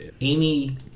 Amy